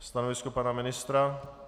Stanovisko pana ministra?